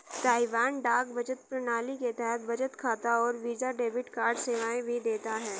Taiwan डाक बचत प्रणाली के तहत बचत खाता और वीजा डेबिट कार्ड सेवाएं भी देता है